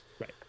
Right